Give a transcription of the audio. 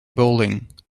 bowling